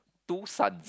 two sons